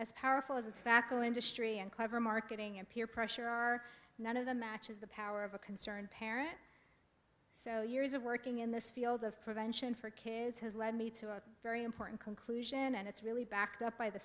as powerful as a tobacco industry and clever marketing and peer pressure are none of the matches the power of a concerned parent so years of working in this field of prevention for kids has led me to a very important conclusion and it's really backed up by the